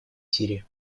сирии